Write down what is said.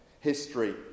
history